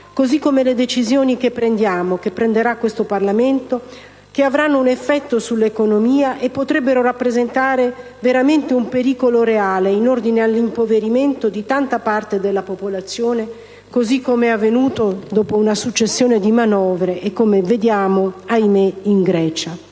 così come le decisioni che prenderà questo ramo del Parlamento, che avranno un effetto sull'economia e potrebbero rappresentare veramente un pericolo reale in ordine all'impoverimento di tanta parte della popolazione, così come è avvenuto dopo una successione di manovre e come vediamo - ahimè - in Grecia.